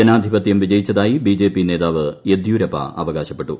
ജനാധിപത്യം വിജയിച്ചതായി ബിജെപി നേതാവ് യെദ്യൂരപ്പ അവകാശപ്പെട്ടു